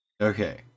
Okay